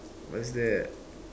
what's that